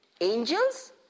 angels